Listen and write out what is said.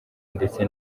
ndetse